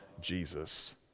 Jesus